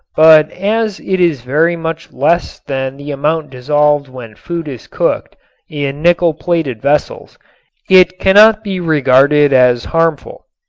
but as it is very much less than the amount dissolved when food is cooked in nickel-plated vessels it cannot be regarded as harmful.